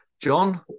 John